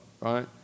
right